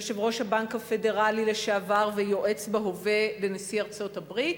יושב-ראש הבנק הפדרלי לשעבר ויועץ בהווה לנשיא ארצות-הברית,